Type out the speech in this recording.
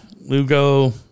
Lugo